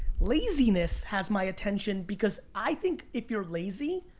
laziness has my attention because i think if you're lazy,